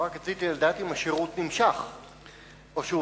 רציתי לדעת אם השירות נמשך או שהוא,